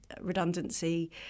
redundancy